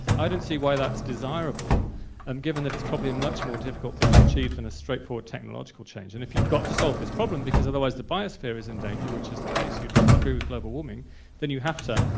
i don't see why that's desirable um given that its probably much more difficult thing to achieve t than a straight forward technological change. and if you've got to solve this problem otherwise the biosphere is in danger which is the case you'd probably agree with global warming then you have to,